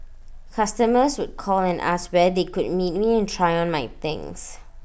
customers would call and ask where they could meet me and try on my things